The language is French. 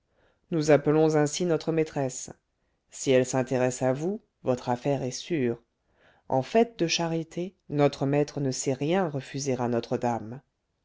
nous appelons ainsi notre maîtresse si elle s'intéresse à vous votre affaire est sûre en fait de charité notre maître ne sait rien refuser à